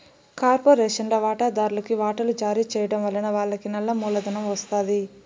కార్పొరేషన్ల వాటాదార్లుకి వాటలు జారీ చేయడం వలన వాళ్లకి నల్ల మూలధనం ఒస్తాది